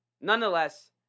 nonetheless